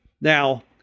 Now